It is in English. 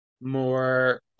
more